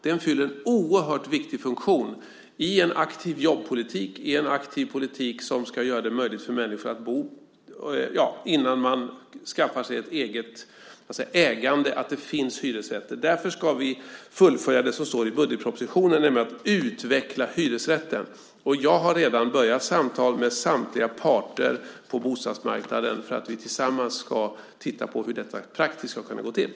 Den fyller en oerhört viktig funktion i en aktiv jobbpolitik, i en aktiv politik som ska göra det möjligt för människor att bo. Ja, det handlar om att det, innan man skaffar sig ett eget ägande, finns hyresrätter. Därför ska vi fullfölja det som står i budgetpropositionen, nämligen att utveckla hyresrätten. Och jag har redan börjat med samtal med samtliga parter på bostadsmarknaden för att vi tillsammans ska titta på hur detta praktiskt ska kunna gå till.